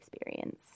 experience